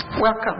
Welcome